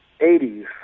80s